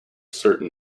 certain